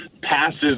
passive